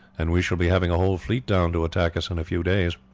and we shall be having a whole fleet down to attack us in a few days.